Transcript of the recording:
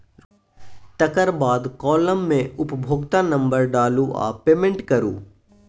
तकर बाद काँलम मे उपभोक्ता नंबर डालु आ पेमेंट करु